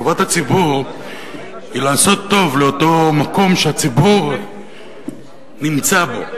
טובת הציבור היא לעשות טוב לאותו מקום שהציבור נמצא בו,